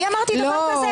אני אמרתי את זה?